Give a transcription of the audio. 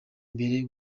mbere